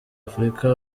afrika